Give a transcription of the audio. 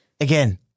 Again